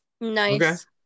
Nice